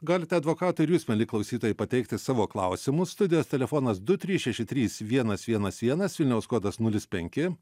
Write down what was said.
galite advokatui ir jūs mieli klausytojai pateikti savo klausimus studijos telefonas du trys šeši trys vienas vienas vienas vilniaus kodas nulis penki